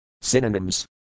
Synonyms